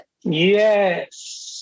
Yes